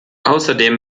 außerdem